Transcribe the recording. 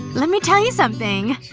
let me tell you something